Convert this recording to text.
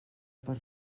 per